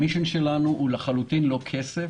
מטרת העל שלנו היא לחלוטין לא כסף.